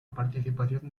participación